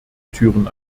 türen